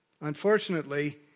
Unfortunately